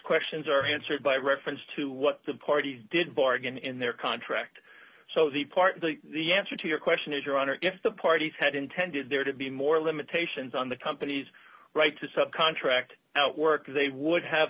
questions are answered by reference to what the party did bargain in their contract so the part of the answer to your question is your honor if the party had intended there to be more limitations on the company's right to subcontract out work they would have